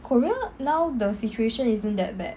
korea now the situation isn't that bad